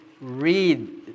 read